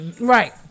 Right